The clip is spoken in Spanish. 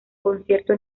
concierto